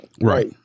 right